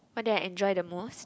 what did I enjoy the most